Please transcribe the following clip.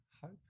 hope